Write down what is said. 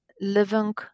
living